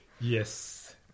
Yes